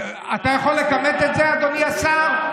אתה יכול לכמת את זה, אדוני השר?